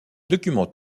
document